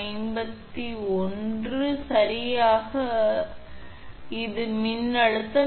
51 kV சரியாக இது மின்னழுத்தம்